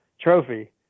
trophy